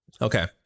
okay